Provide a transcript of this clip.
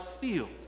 field